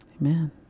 Amen